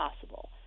possible